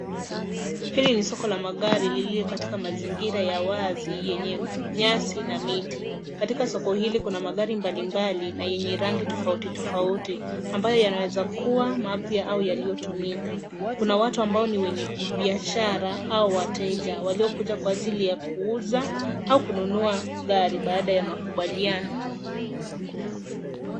Hili ni soko la magari lililo katika mazingira ya wazi yenye nyasi na miti. Katika soko hili kuna magari mbalimbali na yenye rangi tofautitofauti ambayo yanaweza kuwa mapya au yaliyotumika. Kuna watu ambao ni wenye biashara au wateja waliokuja kwa ajili ya kuuza au kununua gari baada ya makubaliano.